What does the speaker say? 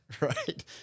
Right